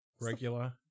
regular